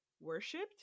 worshipped